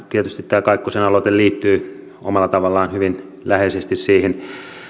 tietysti tämä kaikkosen aloite liittyy omalla tavallaan hyvin läheisesti siihen